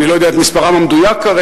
אני לא יודע את מספרם המדויק כרגע,